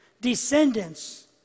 descendants